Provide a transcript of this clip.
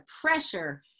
pressure